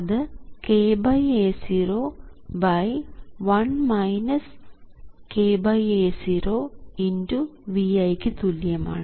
അത് kA0 1 kA0 x Vi ക്ക് തുല്യമാണ്